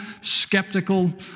skeptical